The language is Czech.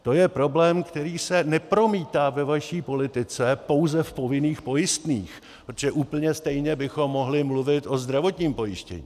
To je problém, který se nepromítá ve vaší politice pouze v povinných pojistných, protože úplně stejně bychom mohli mluvit o zdravotním pojištění.